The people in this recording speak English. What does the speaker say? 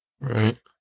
Right